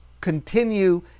continue